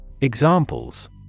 Examples